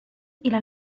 إلى